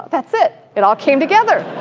that's it! it all came together,